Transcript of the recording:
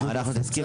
השם זה